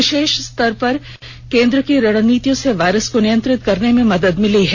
विशेष स्तर पर केन्द्र की रणनीतियों से वायरस को नियंत्रित करने में मदद मिली है